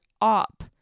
up